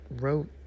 wrote